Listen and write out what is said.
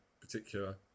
particular